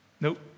Nope